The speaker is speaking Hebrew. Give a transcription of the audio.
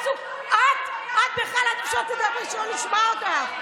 אף אחד, את בכלל, עדיף שלא תדברי, שלא נשמע אותך.